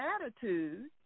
attitude